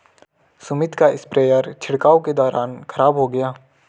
सुमित का स्प्रेयर छिड़काव के दौरान खराब हो गया